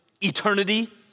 eternity